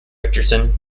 richardson